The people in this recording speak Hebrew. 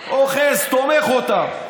אוחז ותומך אותה,